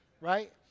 right